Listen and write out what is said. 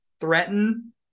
threaten